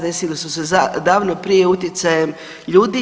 Desile su se davno prije utjecajem ljudi.